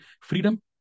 Freedom